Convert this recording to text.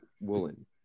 Woolen